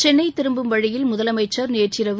சென்னை திரும்பும் வழியில் முதலமைச்சா் நேற்றிரவு